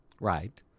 Right